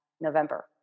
November